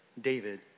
David